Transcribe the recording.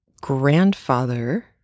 grandfather